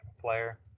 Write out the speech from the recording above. player